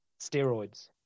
Steroids